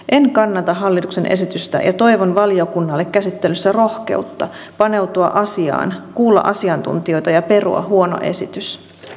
en kannata hallituksen esitystä ja toivon valiokunnalle käsittelyssä rohkeutta paneutua asiaan kuulla asiantuntijoita ja perua huono esitys